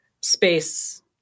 space